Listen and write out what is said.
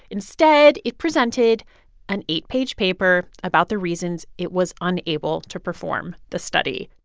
instead, it presented an eight-page paper about the reasons it was unable to perform the study.